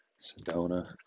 Sedona